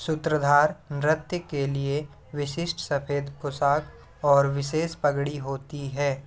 सूत्रधार नृत्य के लिए विशिष्ट सफ़ेद पोशाक़ और विशेष पगड़ी होती है